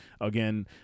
again